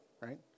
right